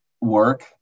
work